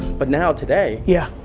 but, now today, yeah.